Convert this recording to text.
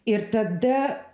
ir tada